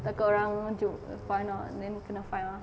takut orang find out then kena fine ah